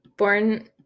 Born